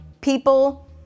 people